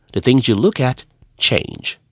the things you look at change.